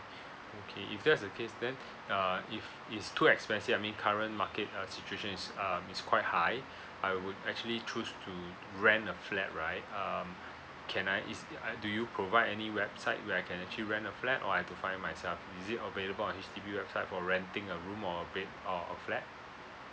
okay if that's the case then uh if it's too expensive I mean current market uh situation is um is quite high I would actually choose to to rent a flat right um can I is I do you provide any website where I can actually rent a flat or I've to find it myself is it available on H_D_B website for renting a room or a bed or a flat